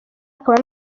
akaba